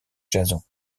jason